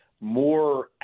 more